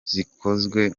zikozwe